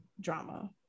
drama